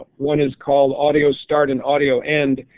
one is called audio start and audio end.